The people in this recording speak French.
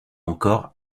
encore